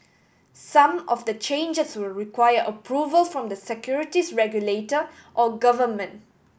some of the changes will require approval from the securities regulator or government